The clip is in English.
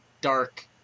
dark